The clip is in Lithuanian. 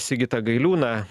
sigitą gailiūną